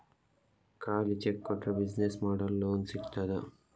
ಖಾಲಿ ಚೆಕ್ ಕೊಟ್ರೆ ಬಿಸಿನೆಸ್ ಮಾಡಲು ಲೋನ್ ಸಿಗ್ತದಾ?